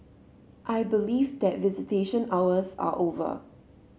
I believe that visitation hours are over